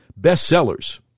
bestsellers